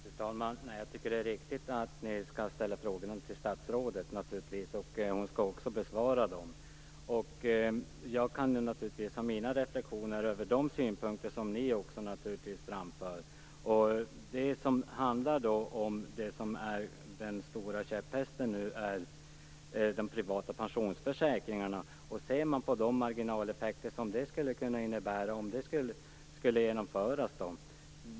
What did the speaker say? Fru talman! Jag tycker att det är riktigt att frågorna skall ställas till statsrådet, och hon skall också besvara dem. Jag kan naturligtvis ha mina reflexioner över de synpunkter som ni framför. Den stora käpphästen nu är de privata pensionsförsäkringarna och de marginaleffekter som de skulle kunna ge.